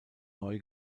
neu